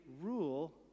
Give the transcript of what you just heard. rule